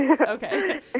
okay